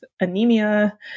anemia